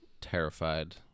terrified